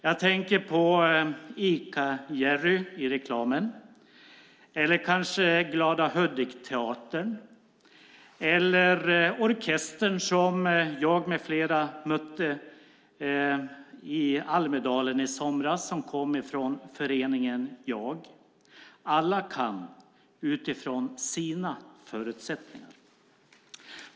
Jag tänker på Ica-Jerry i reklamen, kanske Glada Hudik-teatern eller den orkester som jag med flera mötte i Almedalen i somras och som kom från föreningen Jag. Alla kan utifrån sina förutsättningar.